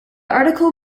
article